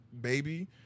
baby